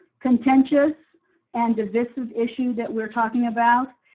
contentious and divisive issue that we're talking about.